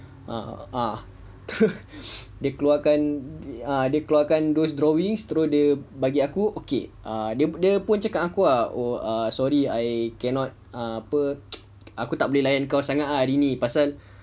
err ah dia keluarkan ah dia keluarkan first drawings terus dia bagi aku okay dia pun cakap dengan aku ah sorry I cannot apa ah aku tak boleh layan kau sangat lah hari ini pasal